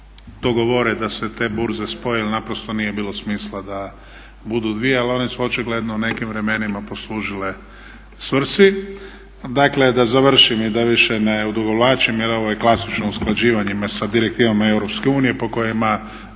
da se te burze spoje jer naprosto nije bilo smisla da budu dvije. Ali one su očigledno u nekim vremenima poslužile svrsi. Dakle, da završim i da više ne odugovlačim jer ovo je klasično usklađivanje sa direktivama EU po kojima